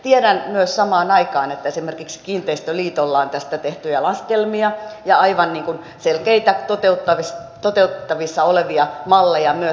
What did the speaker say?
tiedän myös samaan aikaan että esimerkiksi kiinteistöliitolla on tästä tehtyjä laskelmia ja aivan selkeitä toteutettavissa olevia malleja myös